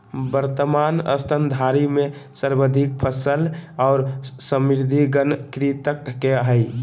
वर्तमान स्तनधारी में सर्वाधिक सफल और समृद्ध गण कृंतक के हइ